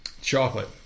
Chocolate